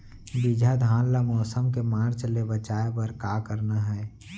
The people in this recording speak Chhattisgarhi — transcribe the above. बिजहा धान ला मौसम के मार्च ले बचाए बर का करना है?